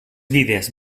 vides